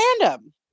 random